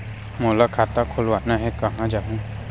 मोला खाता खोलवाना हे, कहाँ जाहूँ?